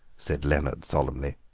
said leonard solemnly.